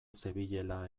zebilela